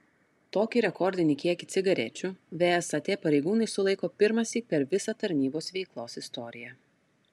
tokį rekordinį kiekį cigarečių vsat pareigūnai sulaiko pirmąsyk per visą tarnybos veiklos istoriją